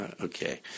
okay